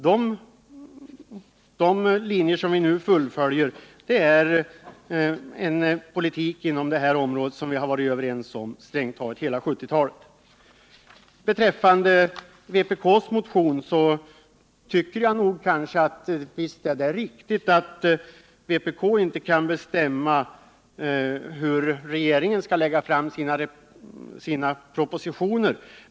De linjer som vi nu fullföljer är en politik på detta område som vi varit överens om under hela 1970-talet. Visst är det riktigt att vpk inte kan bestämma hur regeringens propositioner skall se ut.